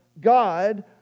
God